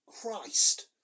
Christ